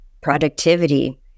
productivity